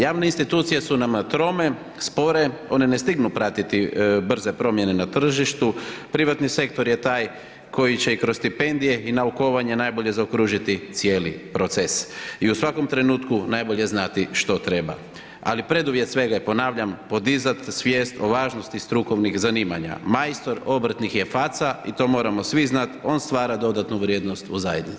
Javne institucije su nama trome, spore, one ne stignu pratiti brze promjene na tržištu, privatni sektor je taj koji će i kroz stipendije i naukovanje najbolje zaokružiti cijeli proces i u svakom trenutku najbolje znati što treba ali preduvjet svega je ponavljam, podizati svijest o važnosti strukovnih zanimanja, majstor obrtnik je faca i to moramo svi znat, on stvara dodatnu vrijednost u zajednici.